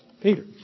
Peter